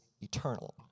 eternal